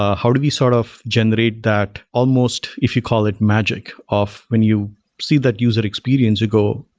ah how do we sort of generate that almost, if you call it magic, of when you see that user experience you go,